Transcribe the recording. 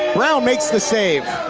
brown makes the save,